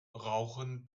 rauchen